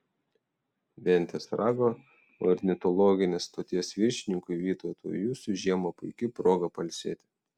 ventės rago ornitologinės stoties viršininkui vytautui jusiui žiema puiki proga pailsėti